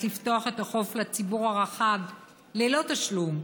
לפתוח את החוף לציבור הרחב ללא תשלום,